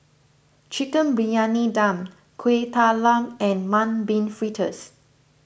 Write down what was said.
Chicken Briyani Dum Kuih Talam and Mung Bean Fritters